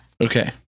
Okay